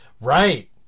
Right